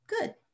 good